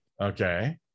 Okay